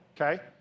okay